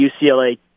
UCLA